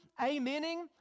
amening